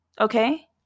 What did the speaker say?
Okay